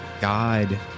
god